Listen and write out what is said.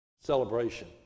celebration